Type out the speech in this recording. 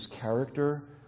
character